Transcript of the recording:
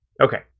Okay